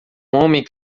homem